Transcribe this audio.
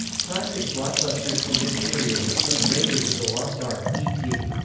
classic blockbusters from this period include raiders of the lost ark, e t.